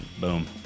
boom